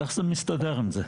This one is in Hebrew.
איך זה מסתדר עם זה?